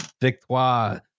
Victoire